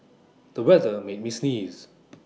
the weather made me sneeze